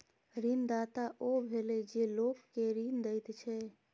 ऋणदाता ओ भेलय जे लोक केँ ऋण दैत छै